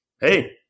hey